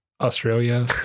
Australia